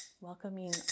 Welcoming